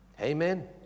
Amen